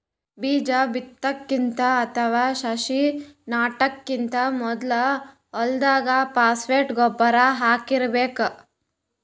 ಬೀಜಾ ಬಿತ್ತಕ್ಕಿಂತ ಅಥವಾ ಸಸಿ ನೆಡಕ್ಕಿಂತ್ ಮೊದ್ಲೇ ಹೊಲ್ದಾಗ ಫಾಸ್ಫೇಟ್ ಗೊಬ್ಬರ್ ಹಾಕಿರ್ಬೇಕ್